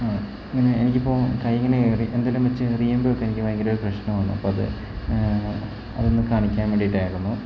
ആ ഇങ്ങനെ എനിക്ക് ഇപ്പോൾ കൈ ഇങ്ങനെ എന്തെങ്കിലും വച്ചു എറിയുമ്പോഴൊക്കെ എനിക്ക് ഭയങ്കര പ്രശ്നമാണ് അത് ഒന്ന് അത് ഒന്നു കാണിക്കാൻ വേണ്ടിയിട്ടായിരുന്നു